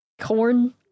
Corn